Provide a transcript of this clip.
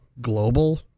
global